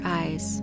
eyes